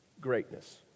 greatness